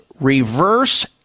reverse